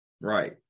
Right